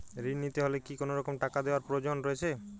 ঋণ নিতে হলে কি কোনরকম টাকা দেওয়ার প্রয়োজন রয়েছে?